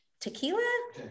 tequila